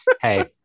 Hey